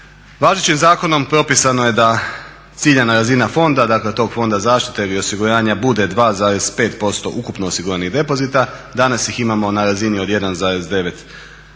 Važećim zakonom propisano je da ciljana razina fonda, dakle tog fonda zaštite ili osiguranja bude 2,5% ukupno osiguranih depozita, danas ih imamo na razini od 1,9%,